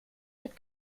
wird